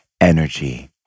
energy